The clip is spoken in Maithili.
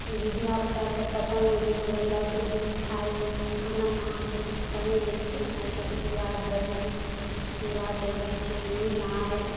धियापुतासभ पतंग ओहि दिन उड़ेलक ओहि दिन खाएल खानामे अहाँकेँ किछु बनैत नहि छै इएहसभ चूड़ा दही चूड़ा दही चिन्नी लाइ